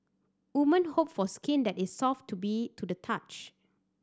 woman hope for skin that is soft to be to the touch